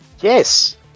Yes